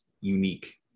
unique